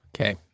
Okay